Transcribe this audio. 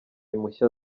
impushya